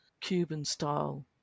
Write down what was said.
Cuban-style